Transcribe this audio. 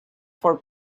for